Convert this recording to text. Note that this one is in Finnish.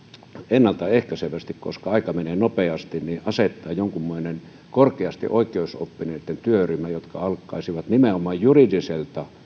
ennalta ehkäisevästi koska aika menee nopeasti asettaa jonkunmoinen korkeasti oikeusoppineitten työryhmä joka alkaisi nimenomaan juridiselta